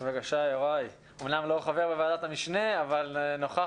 בבקשה חבר הכנסת יוראי להב הרצנו אמנם לא חבר בוועדת המשנה אבל נוכח,